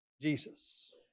Jesus